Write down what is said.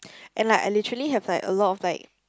and like I literally have like a lot of like